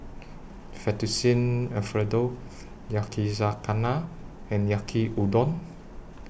Fettuccine Alfredo Yakizakana and Yaki Udon